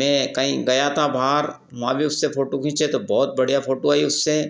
मैं कहीं गया था बाहर वहाँ भी उससे फोटू खींचे तो बहुत बढ़िया फ़ोटो आई उससे